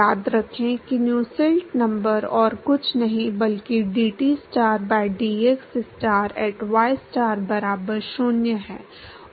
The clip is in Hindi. याद रखें कि नुसेल्ट नंबर और कुछ नहीं बल्कि dTstar by dxstar at ystar बराबर 0 है